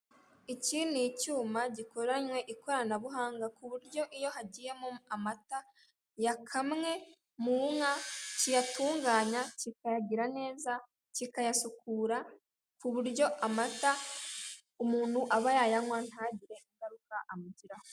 Icyi ni icyuma gikoranwe ikorana buhanga kuburyo iyo hagiyemo amata yakamwe mu inka kiyatunganya neza kikayasukura kuburyo amata umuntu aba yayanywa ntagire ingaruka amugiraho.